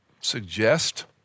suggest